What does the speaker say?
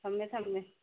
ꯊꯝꯃꯦ ꯊꯝꯃꯦ